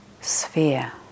sphere